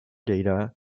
data